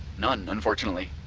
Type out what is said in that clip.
none, unfortunately.